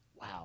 Wow